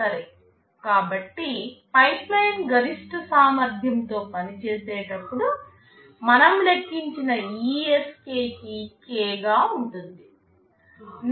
సరే కాబట్టి పైప్లైన్ గరిష్ట సామర్థ్యంతో పనిచేసేటప్పుడు మనం లెక్కించిన ఈ Sk కి k గా ఉంటుంది